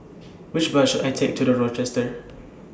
Which Bus should I Take to The Rochester